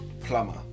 Plumber